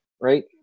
right